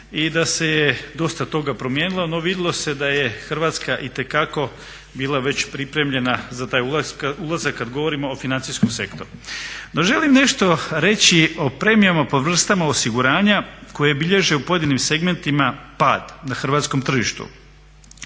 i da se dosta toga promijenilo, no vidjelo se da je Hrvatska itekako bila već pripremljena za taj ulazak kad govorimo o financijskom sektoru. No želim nešto reći o premijama po vrstama osiguranja koje bilježe u pojedinim segmentima pad na hrvatskom tržištu.